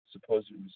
supposedly